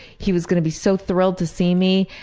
he was gonna be so thrilled to see me,